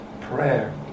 Prayer